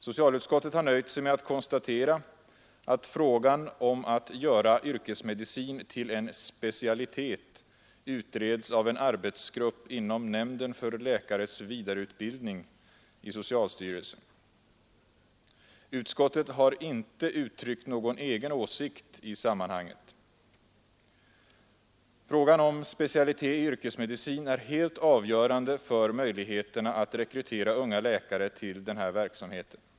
Socialutskottet har nöjt sig med att konstatera att frågan om att göra yrkesmedicin till en specialitet utreds av en arbetsgrupp inom nämnden för läkares vidareutbildning. Utskottet har inte uttryckt någon egen åsikt i sammanhanget. Att yrkesmedicin upptas som en specialitet är helt avgörande för möjligheterna att rekrytera unga läkare till denna verksamhet.